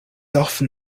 often